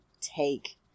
take